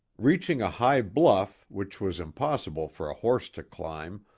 reaching a high bluff, which was impossible for a horse to climb,